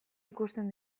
ikusten